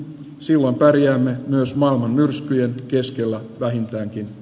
silloin pärjäämme myös maailman myrskyjen keskellä vähintäänkin